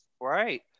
Right